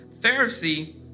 Pharisee